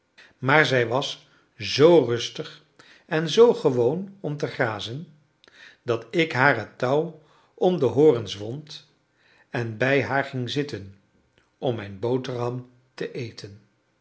maar zij was zoo rustig en zoo gewoon om te grazen dat ik haar het touw om de horens wond en bij haar ging zitten om mijn boterham te eten